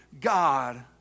God